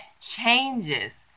changes